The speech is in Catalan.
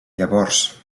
llavors